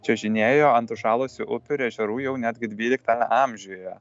čiuožinėjo ant užšalusių upių ir ežerų jau netgi dvyliktame amžiuje